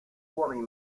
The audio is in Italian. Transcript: uomini